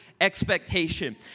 expectation